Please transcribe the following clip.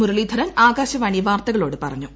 മുരളീധരൻ ആകാശവാണ് പ്രാർത്തകളോട് പറഞ്ഞു